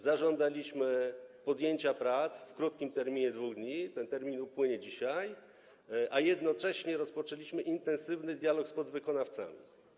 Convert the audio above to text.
Zażądaliśmy podjęcia prac w krótkim terminie 2 dni, ten termin upłynie dzisiaj, a jednocześnie rozpoczęliśmy intensywny dialog z podwykonawcami.